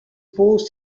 post